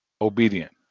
obedient